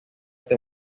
este